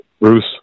Bruce